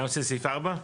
גם של סעיף 4?